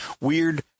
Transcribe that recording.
weird